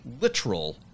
literal